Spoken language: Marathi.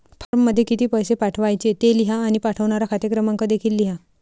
फॉर्ममध्ये किती पैसे पाठवायचे ते लिहा आणि पाठवणारा खाते क्रमांक देखील लिहा